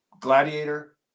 Gladiator